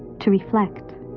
to reflect.